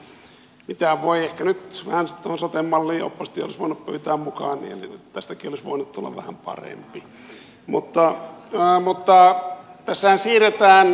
no näin oppositiosta sille nyt ei tietysti mitään voi ehkä nyt vähän sitten tuohon soten malliin opposition olisi voinut pyytää mukaan niin tästäkin olisi voinut tulla vähän parempi